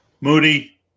Moody